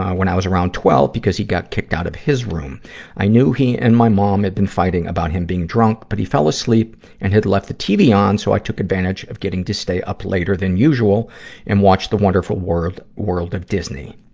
when i was around twelve, because he got kicked out of his room i knew he and my mom had been fighting about him being drunk but he fell asleep and left the tv on. so i took advantage of getting to stay up later than usual and watched the wonderful world, world of disney.